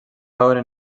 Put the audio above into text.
veure